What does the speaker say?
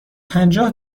پنجاه